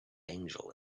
angel